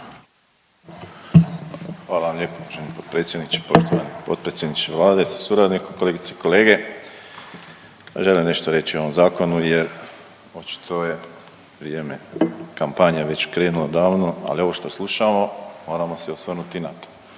Hvala vam lijepo uvaženi potpredsjedniče. Poštovani potpredsjedniče Vlade sa suradnikom, kolegice i kolege. Želim nešto reći o ovom zakonu jer očito je vrijeme kampanje već krenulo odavno, ali ovo što slušamo moramo se osvrnuti na to.